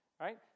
right